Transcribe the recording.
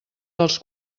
dels